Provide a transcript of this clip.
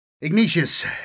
Ignatius